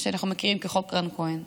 מה שאנחנו מכירים כחוק רן כהן.